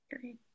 Great